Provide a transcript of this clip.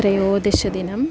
त्रयोदश दिनम्